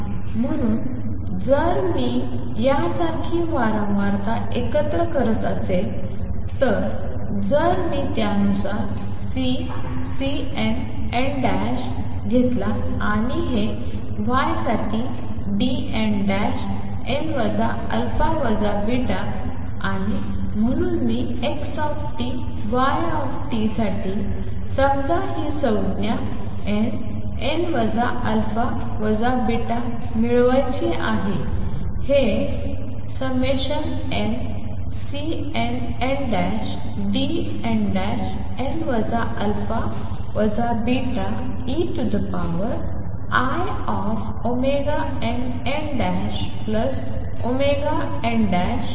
आणि म्हणून जर मी यासारखी वारंवारता एकत्र करत असेल तर जर मी त्यानुसार C Cnn घेतला आणि हे y साठी Dnn α βआणि म्हणून मी X Y साठी समजा ही संज्ञा nn α β मिळवायची आहे हे nCnnDnn α βeinnnn α β